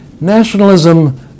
Nationalism